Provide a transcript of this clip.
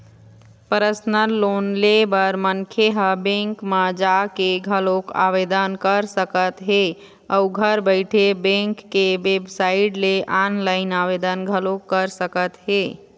personal loan ले बर मनखे ह बेंक म जाके घलोक आवेदन कर सकत हे अउ घर बइठे बेंक के बेबसाइट ले ऑनलाईन आवेदन घलोक कर सकत हे